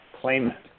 claimant